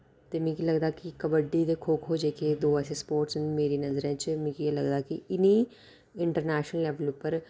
ते मिकी लगदा कबड्डी ते खो खो जेह्के दो ऐसे स्पोर्टस मेरी नजरें च मिगी लगदा कि इ'नें गी इंटरनैशनल लेबल पर